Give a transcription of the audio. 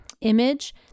image